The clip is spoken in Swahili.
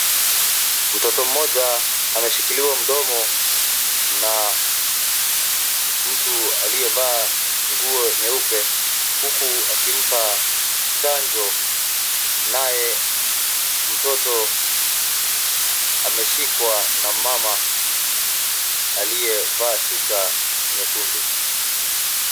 Mtoto moja ameshikiliwa mdomo na mtu aliyevaa nguo nyeupe huku akimpa chanjo naye mtoto ameshikwa na mama aliyevaa shuka nyekundu.